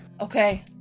okay